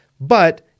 But-